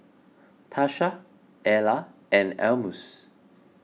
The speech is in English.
Tasha Ella and Almus